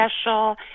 special